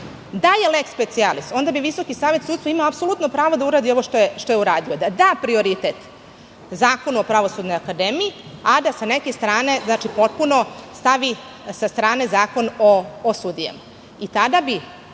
Da je "lex specialis" onda bi Visoki savet sudstva imao apsolutno pravo da uradi ovo što je uradi, da da prioritet Zakonu o Pravosudnoj akademiji, a da sa neke strane potpuno stavi sa strane Zakon o sudijama.